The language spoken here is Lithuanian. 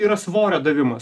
yra svorio davimas